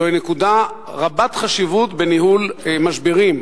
זו נקודה רבת חשיבות בניהול משברים,